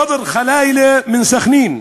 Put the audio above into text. ח'ד'ר ח'לאילה מסח'נין,